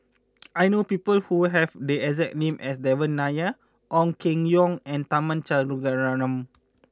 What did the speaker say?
I know people who have the exact name as Devan Nair Ong Keng Yong and Tharman Shanmugaratnam